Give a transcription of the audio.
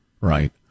right